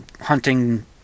hunting